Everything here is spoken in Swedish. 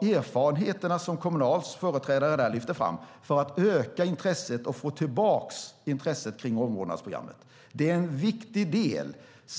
de erfarenheter som Kommunals företrädare lyft fram för att öka intresset och också för att få tillbaka intresset för omvårdnadsprogrammet. Detta är en viktig del.